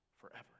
forever